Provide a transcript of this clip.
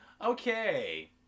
Okay